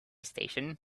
station